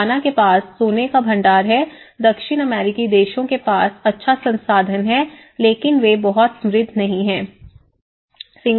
घाना के पास सोने का भंडार है दक्षिण अमेरिकी देशों के पास अच्छा संसाधन है लेकिन वे बहुत समृद्ध नहीं हैं